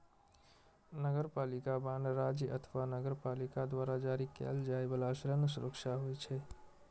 नगरपालिका बांड राज्य अथवा नगरपालिका द्वारा जारी कैल जाइ बला ऋण सुरक्षा होइ छै